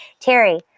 Terry